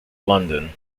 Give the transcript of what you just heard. london